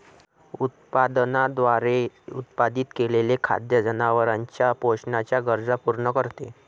उत्पादनाद्वारे उत्पादित केलेले खाद्य जनावरांच्या पोषणाच्या गरजा पूर्ण करते